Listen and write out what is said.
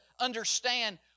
understand